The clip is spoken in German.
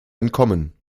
entkommen